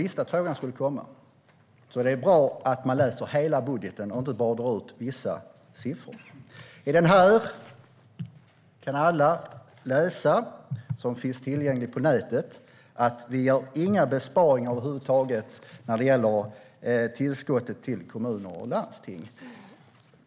När man läser en budget är det bra om man läser hela budgeten och inte bara drar ut vissa siffror. I vår budgetmotion, som finns tillgänglig på nätet, kan alla läsa att vi inte gör några besparingar över huvud taget när det gäller tillskottet till kommuner och landsting.